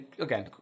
again-